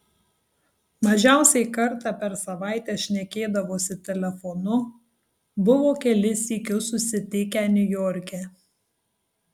mažiausiai kartą per savaitę šnekėdavosi telefonu buvo kelis sykius susitikę niujorke